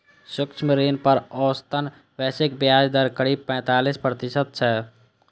सूक्ष्म ऋण पर औसतन वैश्विक ब्याज दर करीब पैंतीस प्रतिशत छै